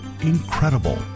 Incredible